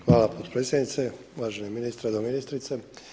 Hvala potpredsjednice, uvaženi ministre, doministrice.